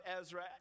Ezra